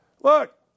Look